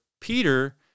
Peter